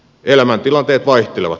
elämäntilanteet vaihtelevat